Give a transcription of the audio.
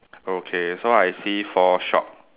okay so I see four shop